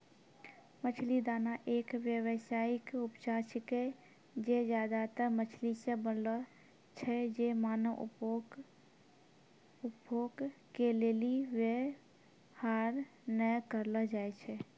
मछली दाना एक व्यावसायिक उपजा छिकै जे ज्यादातर मछली से बनलो छै जे मानव उपभोग के लेली वेवहार नै करलो जाय छै